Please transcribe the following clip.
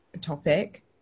topic